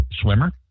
swimmer